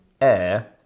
air